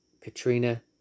Katrina